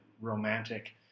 romantic